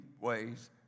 ways